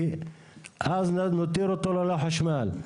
כי אז מותיר אותו ללא חשמל.